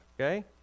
Okay